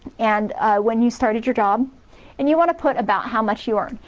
and when you started your job and you want to put about how much you earn.